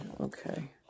Okay